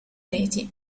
reti